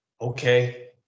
okay